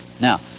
Now